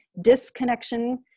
disconnection